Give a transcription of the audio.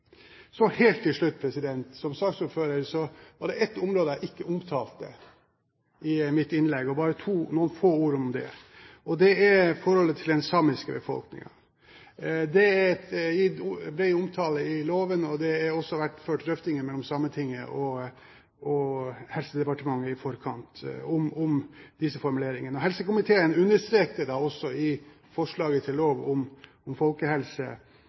Så helt til slutt: Som saksordfører var det ett område jeg ikke omtalte i mitt innlegg – bare noen få ord om det. Det er forholdet til den samiske befolkningen. Det ble jo omtalt i forbindelse med loven, og det har også vært ført drøftinger mellom Sametinget og Helse- og omsorgsdepartementet i forkant om disse formuleringene. Helse- og omsorgskomiteen understreket da også i forslaget til lov om folkehelse